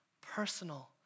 personal